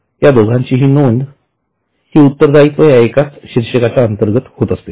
या दोघांचीही नोंद हि उत्तरदायित्व या एकाच शीर्षकाच्या अंतर्गत होते